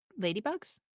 Ladybugs